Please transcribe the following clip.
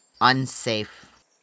unsafe